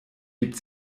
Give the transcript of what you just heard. gibt